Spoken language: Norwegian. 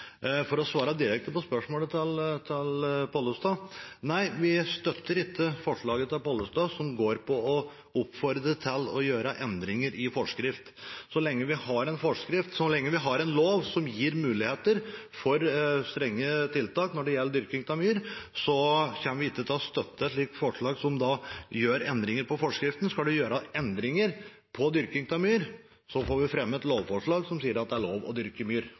For å svare direkte på spørsmålet til Pollestad: Nei, vi støtter ikke forslaget til Pollestad, som går på å oppfordre til å gjøre endringer i forskrift. Så lenge vi har en forskrift, så lenge vi har en lov som gir muligheter for strenge tiltak når det gjelder dyrking av myr, kommer vi ikke til å støtte et slikt forslag, som gjør endringer i forskriften. Skal man gjøre endringer når det gjelder dyrking av myr, får vi fremme et lovforslag som sier at det er lov å dyrke myr